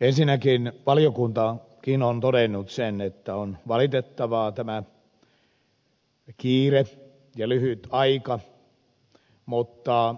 ensinnäkin valiokuntakin on todennut sen että on valitettavaa tämä kiire ja lyhyt aika mutta